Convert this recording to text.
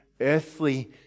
earthly